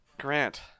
Grant